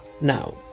now